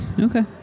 Okay